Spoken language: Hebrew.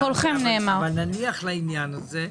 נניח לעניין הזה.